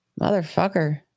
motherfucker